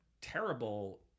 terrible